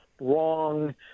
wrong